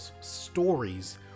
stories